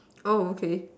oh okay